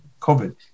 covid